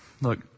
Look